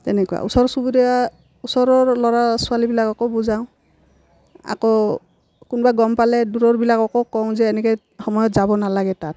তেনেকুৱা ওচৰ চুবুৰীয়া ওচৰৰ ল'ৰা ছোৱালীবিলাককো বুজাওঁ আকৌ কোনোবা গম পালে দূৰৰবিলাককো কওঁ যে এনেকৈ সময়ত যাব নালাগে তাত